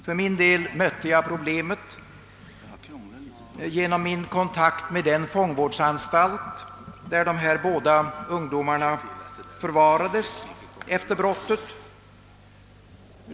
För min del mötte jag problemet genom min kontakt med den fångvårdsanstalt där de båda ungdomarna förvarades efter brottet.